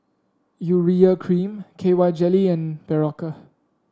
Urea Cream K Y Jelly and Berocca